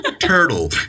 turtle